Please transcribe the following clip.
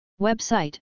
Website